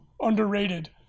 underrated